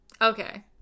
okay